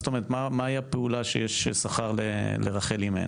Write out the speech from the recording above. מִדִּמְעָה כִּי יֵשׁ שָׂכָר לִפְעֻלָּתֵךְ